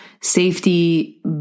Safety